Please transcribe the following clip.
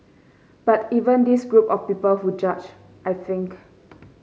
but even this group of people who judge I think